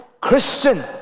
Christian